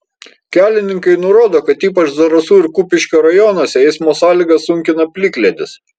kelininkai nurodo kad ypač zarasų ir kupiškio rajonuose eismo sąlygas sunkina plikledis